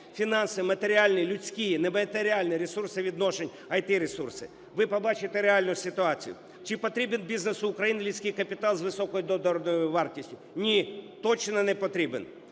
фінанси, матеріальні, людські, нематеріальні, ресурси відношень, ІТ-ресурси – ви побачите реальну ситуацію. Чи потрібен бізнесу України людський капітал з високою доданою вартість? Ні, точно не потрібен.